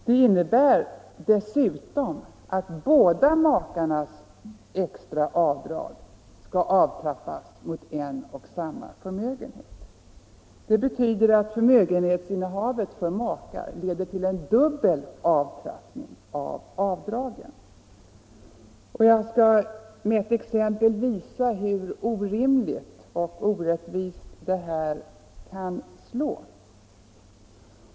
Det innebär dessutom att båda makarnas extra avdrag skall avtrappas mot en och samma förmögenhet. Det betyder att förmögenhetsinnehavet för makar leder till en dubbel avtrappning av avdragen. Jag skall med ett exempel visa hur orimligt och orättvist detta kan slå.